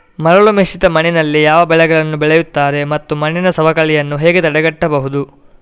ಮರಳುಮಿಶ್ರಿತ ಮಣ್ಣಿನಲ್ಲಿ ಯಾವ ಬೆಳೆಗಳನ್ನು ಬೆಳೆಯುತ್ತಾರೆ ಮತ್ತು ಮಣ್ಣಿನ ಸವಕಳಿಯನ್ನು ಹೇಗೆ ತಡೆಗಟ್ಟಬಹುದು?